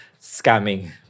scamming